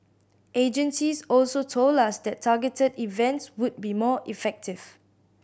agencies also told us that targeted events would be more effective